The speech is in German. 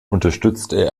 unterstützte